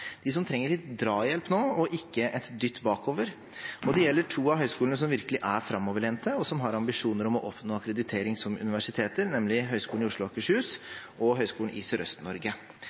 de som trenger litt drahjelp nå og ikke en dytt bakover. Det gjelder to av høyskolene som virkelig er framoverlente, og som har ambisjoner om å oppnå akkreditering som universiteter, nemlig Høgskolen i Oslo og Akershus og Høgskolen i